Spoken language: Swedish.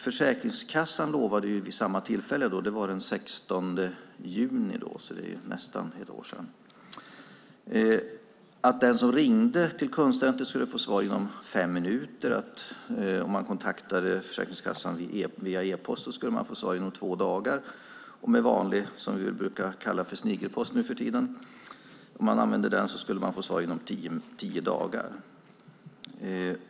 Försäkringskassan lovade vid samma tillfälle, det var den 16 juni för nästan ett år sedan, att den som ringde till kundcenter skulle få svar inom fem minuter. Om man kontaktade Försäkringskassan via e-post skulle man få svar inom två dagar. Om man använde vanlig post, som vi nuförtiden brukar kalla för snigelpost, skulle man få svar inom tio dagar.